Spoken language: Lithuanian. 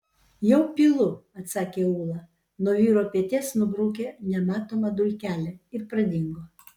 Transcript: jau pilu atsakė ūla nuo vyro peties nubraukė nematomą dulkelę ir pradingo